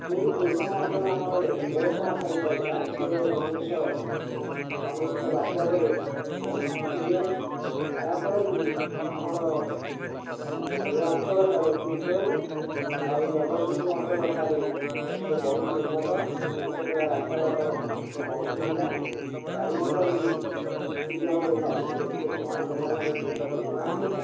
ଯେଉଁ ଦୁର୍ଗମ ଅଞ୍ଚଳ ଆମର ଏରସମା ସାଇଟଟା ଥିଲା ସେ ଉଣେଇଶହ ଅନେଶ୍ୱତ ବାତ୍ୟା ପରେ ବହୁତ ଯାଇଛି ଯାହାଫଳରେ କିି ଆମର ଏ ଅଞ୍ଚଳଠାରୁ ତିର୍ତୋଲ୍ ଆଉ ଜଗତସିଂହପୁର ଅଞ୍ଚଳଠାରୁ ସେ ବହୁତ ଉନ୍ନତ ବିଭିନ୍ନ ପ୍ରକାର ରାସ୍ତାଘାଟର ବହୁତ ସୁବିଧା ଗାଡ଼ିମଟର ବି ଠିକ ଭାବରେ ଚାଲିଛି ଲୋକମାନେ ହଇରାଣ ହରକତ ହେଉନାହାନ୍ତି